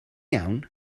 iawn